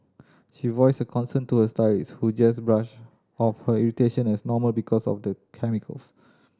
she voiced her concern to her stylist who just brushed off her irritation as normal because of the chemicals